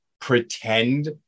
pretend